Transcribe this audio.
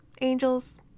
Angels